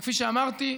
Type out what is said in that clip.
וכפי שאמרתי,